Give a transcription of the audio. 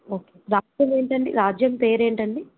okay రాజ్యం ఏంటండి రాజ్యం పేరు ఏంటండి